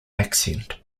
accent